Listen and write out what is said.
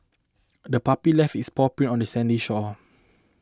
the puppy left its paw print on the sandy shore